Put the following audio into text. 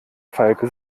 falke